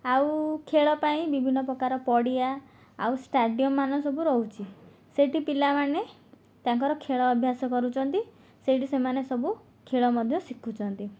ଆଉ ଖେଳ ପାଇଁ ବିଭିନ୍ନ ପ୍ରକାର ପଡ଼ିଆ ଆଉ ଷ୍ଟାଡିୟମ୍ ମାନ ସବୁ ରହୁଛି ସେଇଠି ପିଲାମାନେ ତାଙ୍କର ଖେଳ ଅଭ୍ୟାସ କରୁଛନ୍ତି ସେଇଠି ସେମାନେ ସବୁ ଖେଳ ମଧ୍ୟ ଶିଖୁଛନ୍ତି